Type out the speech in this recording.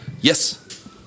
Yes